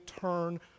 turn